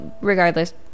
regardless